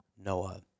Noah